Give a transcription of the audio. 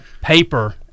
paper